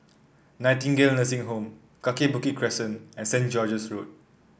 Nightingale Nursing Home Kaki Bukit Crescent and Saint George's Road